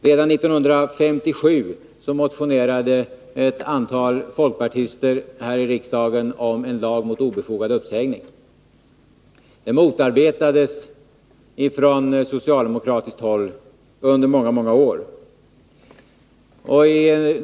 Redan 1957 motionerade ett antal folkpartister här i riksdagen om en lag mot obefogad uppsägning. Det förslaget motarbetades från socialdemokratiskt håll under många år.